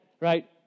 right